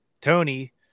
Tony